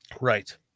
Right